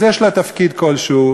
יש לה תפקיד כלשהו.